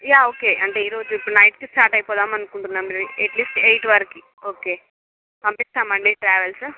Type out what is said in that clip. yeah okay అంటే ఈరోజు ఇప్పుడు నైట్కి స్టార్ట్ అయిపోదామనుకుంటున్నాము అట్లీస్ట్ ఎయిట్ వరికి ఓకే పంపిస్తామండి ట్రావెల్సు